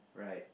right